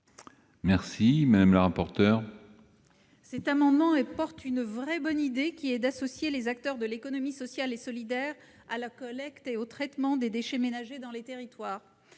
Les dispositions de cet amendement partent d'une vraie bonne idée, qui est d'associer les acteurs de l'économie sociale et solidaire à la collecte et au traitement des déchets ménagers dans les territoires,